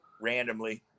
randomly